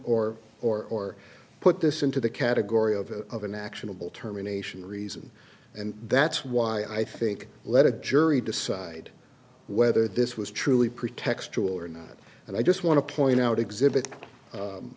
or or put this into the category of of an actionable terminations reason and that's why i think let a jury decide whether this was truly pretextual or not and i just want to point out exhibit